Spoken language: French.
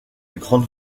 grande